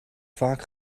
vaak